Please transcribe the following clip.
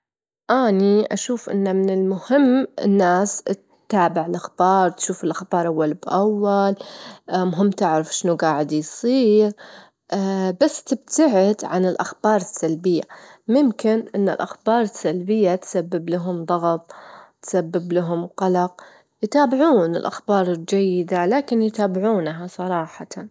إذ كان الأكل لصق في المقلاة، وأول شي أقوم إني أخليها تبرد شوي، بعدين أحط فيها موية دافية مع شوية صابون، وأخليها تنجع، لو كانت فيها بجع عنيدة أقوم استخدم أداة تنضيف متل أسفنجة أو الليفة الناعمة.